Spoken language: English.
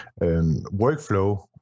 workflow